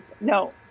No